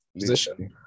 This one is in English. Position